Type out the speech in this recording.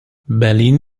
berlin